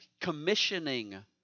commissioning